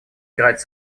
играть